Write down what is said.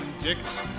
dicks